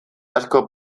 asko